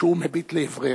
כשהוא מביט לעברך.